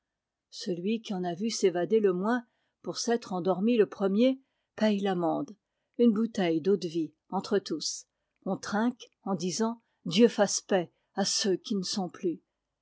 celui qui en a vu s évader le moins pour s'être endormi le premier paye l'amende une bouteille d'eau-de-vie entre tous on trinque en disant dieu fasse paix à ceux qui ne sont plus